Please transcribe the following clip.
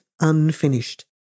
unfinished